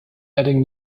adding